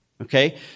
okay